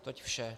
Toť vše.